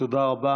תודה רבה.